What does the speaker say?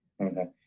Okay